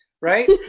right